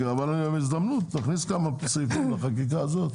אבל זאת הזדמנות להכניס כמה סעיפים לחקיקה הזאת.